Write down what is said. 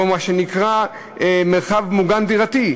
או מה שנקרא מרחב מוגן דירתי,